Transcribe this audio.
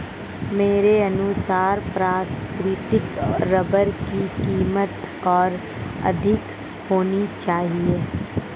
मेरे अनुसार प्राकृतिक रबर की कीमत और अधिक होनी चाहिए